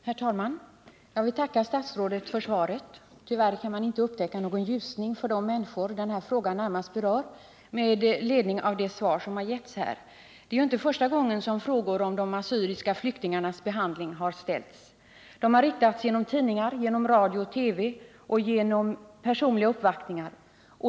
Herr talman! Jag vill tacka statsrådet för svaret. Tyvärr kan man inte upptäcka någon ljusning för de människor den här frågan närmast berör med ledning av det svar som har givits här. Det är ju inte första gången som frågor om de assyriska flyktingarnas behandling har ställts. De har riktats genom tidningar, genom radio och TV och genom personliga uppvaktningar.